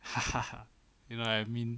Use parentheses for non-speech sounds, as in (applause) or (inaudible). (laughs) you know what I mean